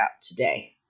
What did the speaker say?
today